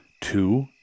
Two